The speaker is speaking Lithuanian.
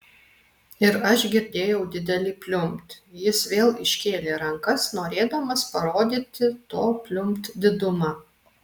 ir aš girdėjau didelį pliumpt jis vėl iškėlė rankas norėdamas parodyti to pliumpt didumą